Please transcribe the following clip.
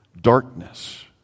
darkness